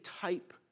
type